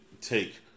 take